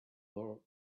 floor